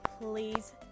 please